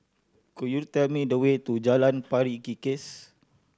could you tell me the way to Jalan Pari Kikis